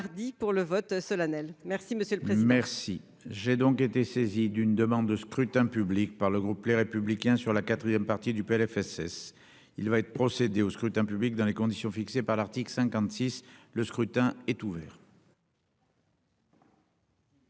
Merci, j'ai donc été saisi d'une demande de scrutin public par le groupe, les républicains sur la 4ème partie du PLFSS il va être procédé au scrutin public dans les conditions fixées par l'article 56, le scrutin est ouvert.